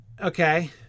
Okay